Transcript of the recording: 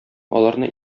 аларны